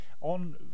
on